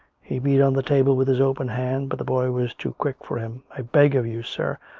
he beat on the table with his open hand but the boy was too quick for him. i beg of you, sir,